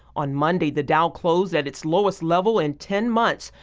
on monday the dow closed at its lowest level in ten months.